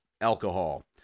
Alcohol